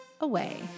Away